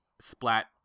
splat